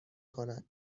کند